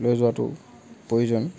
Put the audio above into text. লৈ যোৱাটো প্ৰয়োজন